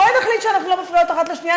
בואי נחליט שאנחנו לא מפריעות אחת לשנייה.